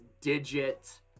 digit